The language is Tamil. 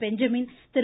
பெஞ்சமின் திரு